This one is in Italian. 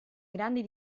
grandi